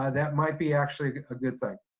ah that might be actually a good thing.